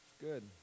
Good